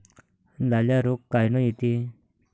लाल्या रोग कायनं येते?